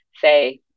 say